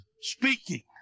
speaking